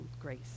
grace